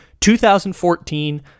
2014